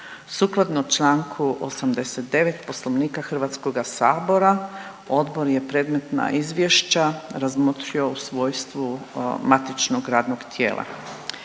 Sukladno Članku 89. Poslovnika Hrvatskoga sabora odbor je predmetna izvješća razmotrio u svojstvu matičnog radnog tijela.